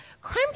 Crime